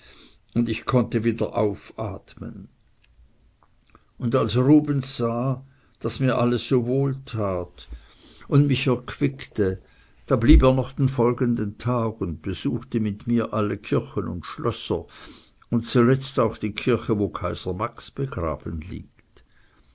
und ich konnte wieder aufatmen und als ruben sah daß mir alles so wohltat und mich erquickte da blieb er noch den folgenden tag und besuchte mit mir alle kirchen und schlösser und zuletzt auch die kirche wo kaiser max begraben liegt